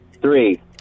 Three